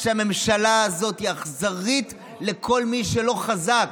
שהממשלה הזאת היא אכזרית לכל מי שלא חזק.